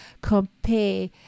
compare